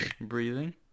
Breathing